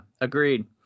agreed